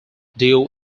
due